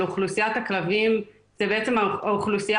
כלבים רשומים